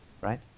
right